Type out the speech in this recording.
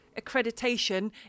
accreditation